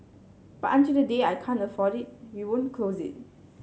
but until the day I can't afford it we won't close it